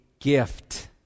gift